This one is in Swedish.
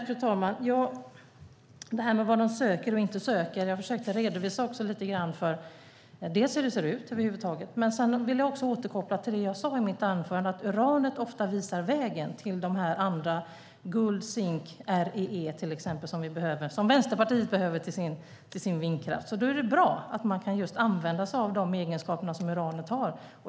Fru talman! Angående vad de söker och inte söker försökte jag redovisa lite grann hur det ser ut över huvud taget. Sedan vill jag även återkoppla till det jag sade i mitt anförande. Uranet visar ofta vägen till de andra, till exempel guld, zink och REE, som Vänsterpartiet behöver till sin vindkraft. Då är det bra att man kan använda sig av de egenskaper som uranet har.